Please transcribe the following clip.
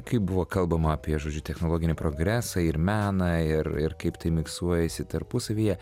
kaip buvo kalbama apie žodžiu technologinį progresą ir meną ir ir kaip tai miksuojasi tarpusavyje